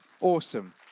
Awesome